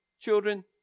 children